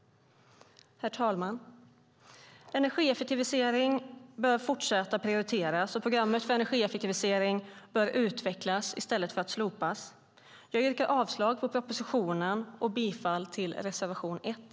Herr talman! Energieffektivisering bör fortsätta att prioriteras, och programmet för energieffektivisering bör utvecklas i stället för att slopas. Jag yrkar avslag på propositionen och bifall till reservation 1.